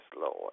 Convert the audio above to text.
Lord